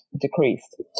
decreased